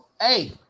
hey